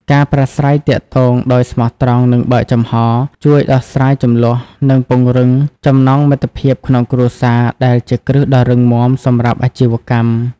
ការប្រាស្រ័យទាក់ទងដោយស្មោះត្រង់ និងបើកចំហរ ជួយដោះស្រាយជម្លោះ និងពង្រឹងចំណងមិត្តភាពក្នុងគ្រួសារ ដែលជាគ្រឹះដ៏រឹងមាំសម្រាប់អាជីវកម្ម។